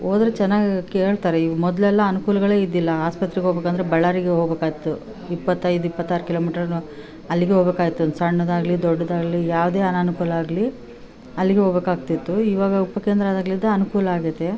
ಹೋದ್ರ್ ಚೆನ್ನಾಗ್ ಕೇಳ್ತಾರೆ ಇವು ಮೊದಲೆಲ್ಲ ಅನುಕೂಲ್ಗಳೇ ಇದ್ದಿಲ್ಲ ಆಸ್ಪತ್ರೆಗೆ ಹೋಗ್ಬೇಕ್ ಅಂದರೆ ಬಳ್ಳಾರಿಗೆ ಹೋಗ್ಬೇಕ್ ಆಗಿತ್ತು ಇಪ್ಪತ್ತೈದು ಇಪ್ಪತ್ತಾರು ಕಿಲೋ ಮೀಟರ್ ಅಲ್ಲಿಗೆ ಹೋಗ್ಬೇಕ್ ಆಗಿತ್ತು ಸಣ್ಣದು ಆಗಲಿ ದೊಡ್ಡದು ಆಗಲಿ ಯಾವುದೇ ಅನನುಕೂಲ ಆಗಲಿ ಅಲ್ಲಿಗೆ ಹೋಗ್ಬೇಕ್ ಆಗ್ತಿತ್ತು ಇವಾಗ ಉಪ ಕೇಂದ್ರ ಆದಾಗ್ಲಿಂದ ಅನುಕೂಲ ಆಗಿದೆ